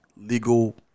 legal